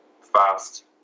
fast